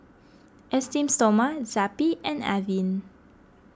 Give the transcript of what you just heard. Esteem Stoma Zappy and Avene